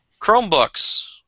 Chromebooks